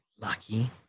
Lucky